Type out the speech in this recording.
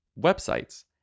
websites